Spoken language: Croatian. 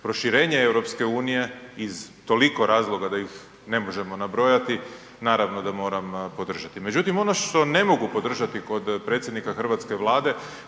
proširenje EU iz toliko razloga da ih ne možemo nabrojati, naravno da moram podržati. Međutim, ono što ne mogu podržati kod predsjednika hrvatske Vlade